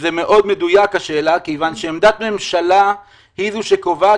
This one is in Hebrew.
השאלה היא מאוד מדויקת כיוון שעמדת ממשלה היא זו שקובעת